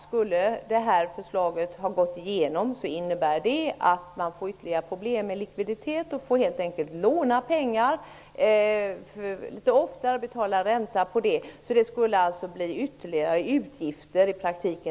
Skulle detta förslag gå igenom innebär det att man får ytterligare problem med likviditet. Man får helt enkelt låna pengar litet oftare och betala ränta på det. Det skulle i praktiken bli ytterligare utgifter.